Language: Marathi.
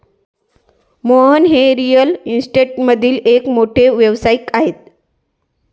मोहन हे रिअल इस्टेटमधील एक मोठे व्यावसायिक आहेत